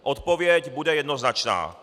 Odpověď bude jednoznačná.